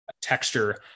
texture